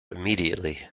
immediately